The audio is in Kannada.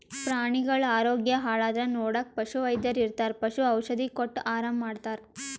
ಪ್ರಾಣಿಗಳ್ ಆರೋಗ್ಯ ಹಾಳಾದ್ರ್ ನೋಡಕ್ಕ್ ಪಶುವೈದ್ಯರ್ ಇರ್ತರ್ ಪಶು ಔಷಧಿ ಕೊಟ್ಟ್ ಆರಾಮ್ ಮಾಡ್ತರ್